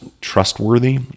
trustworthy